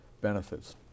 benefits